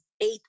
eight